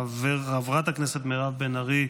חברת הכנסת מירב בן ארי,